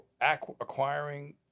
acquiring